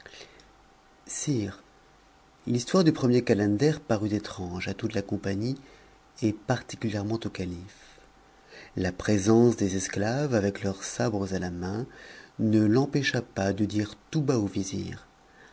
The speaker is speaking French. sire l'histoire du premier calender parut étrange à toute la compagnie et particulièrement au calife la présence des esclaves avec leurs sabres à la main ne l'empêcha pas de dire tout bas au